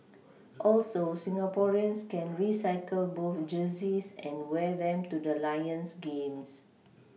also Singaporeans can recycle both jerseys and wear them to the Lions games